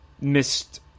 missed